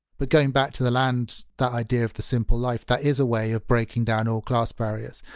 but going back to the land, that idea of the simple life that is a way of breaking down all class barriers.